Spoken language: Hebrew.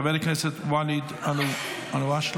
חבר הכנסת ואליד אלהואשלה,